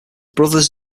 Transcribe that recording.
brothers